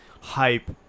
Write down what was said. hype